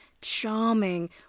charming